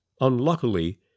unluckily